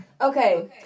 Okay